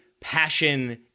passion